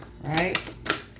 right